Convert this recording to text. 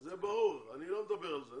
זה ברור, אני לא מדבר על זה.